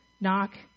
Knock